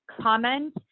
comment